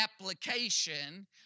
application